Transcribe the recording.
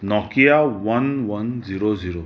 Nokia one one zero zero